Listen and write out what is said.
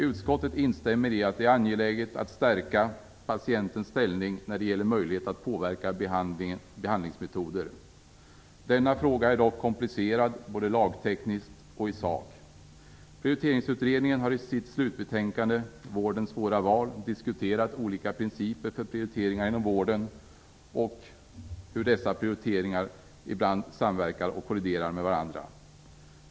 Utskottet instämmer i att det är angeläget att stärka patientens ställning när det gäller möjlighet att påverka behandlingsmetod. Denna fråga är dock komplicerad, både lagtekniskt och i sak. Prioriteringsutredningen har i sitt slutbetänkande "Vårdens svåra val" diskuterat olika principer för prioriteringar inom vården och hur dessa prioriteringar kan samverka och kollidera med varandra.